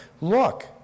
Look